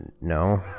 No